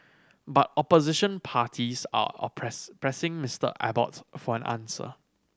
but opposition parties are oppress pressing Mister Abbott for an answer